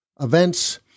events